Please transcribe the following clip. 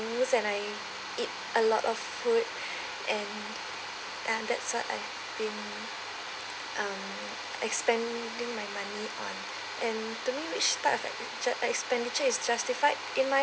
!woo! and I eat a lot of food and uh that's what I've been um expanding my money on and to me which part of expen~ expenditure is justified in my